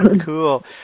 Cool